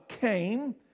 came